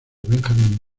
benjamín